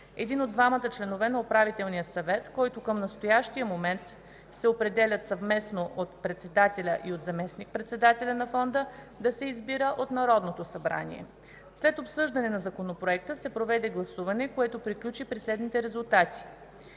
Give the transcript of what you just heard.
един от двамата членове на управителния съвет, които към настоящия момент се определят съвместно от председателя и от заместник председателя на Фонда, да се избира от Народното събрание. След обсъждане на Законопроекта се проведе гласуване, което приключи при следните резултати: